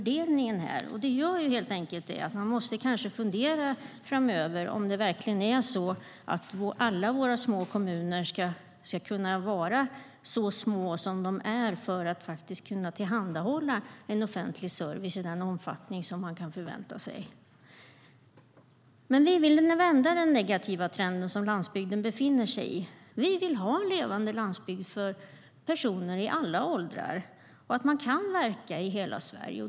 Det gör att vi framöver kanske måste fundera över om alla våra små kommuner verkligen ska kunna vara så små som de är och kunna tillhandahålla en offentlig service i den omfattning som man kan förvänta sig. Vi vill vända den negativa trenden som landsbygden befinner sig i. Vi vill ha en levande landsbygd för personer i alla åldrar och att man ska kunna verka i hela Sverige.